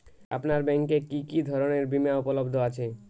আপনার ব্যাঙ্ক এ কি কি ধরনের বিমা উপলব্ধ আছে?